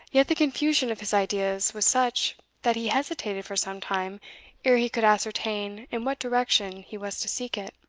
yet the confusion of his ideas was such, that he hesitated for some time ere he could ascertain in what direction he was to seek it.